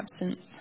absence